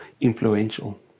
influential